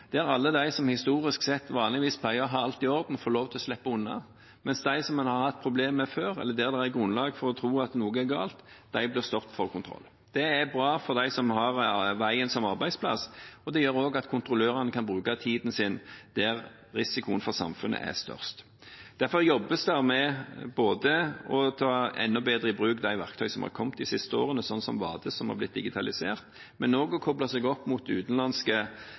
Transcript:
alle de som historisk sett pleier å ha alt i orden, får lov til å slippe unna, mens de som man har hatt problemer med før, eller som gir grunn til å tro at noe er galt, blir stoppet for kontroll. Det er bra for dem som har veien som arbeidsplass, og det gjør også at kontrollørene kan bruke tiden sin der risikoen for samfunnet er størst. Derfor jobbes det med både å ta enda bedre i bruk de verktøyene som har kommet de siste årene, slik som VaDIS, som har blitt digitalisert, og å koble seg opp mot utenlandske